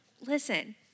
listen